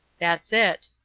that's it.